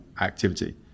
activity